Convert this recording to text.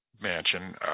mansion